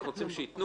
אנחנו רוצים שייתנו,